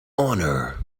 honor